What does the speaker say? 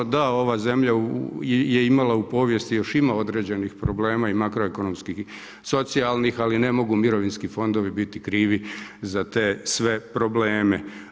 Da, ova zemlja je imala u povijest i još ima određenih problema i makroekonomskih i socijalnih, ali ne mogu mirovinski fondovi biti krivi za te sve probleme.